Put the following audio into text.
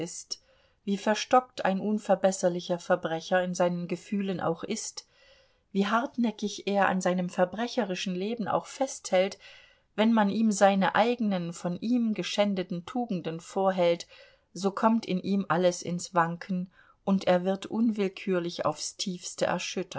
wie verstockt ein unverbesserlicher verbrecher in seinen gefühlen auch ist wie hartnäckig er an seinem verbrecherischen leben auch festhält wenn man ihm seine eigenen von ihm geschändeten tugenden vorhält so kommt in ihm alles ins wanken und er wird unwillkürlich aufs tiefste erschüttert